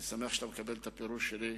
אני שמח שאתה מקבל את הפירוש שלי,